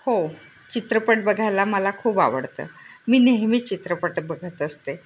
हो चित्रपट बघायला मला खूप आवडतं मी नेहमी चित्रपट बघत असते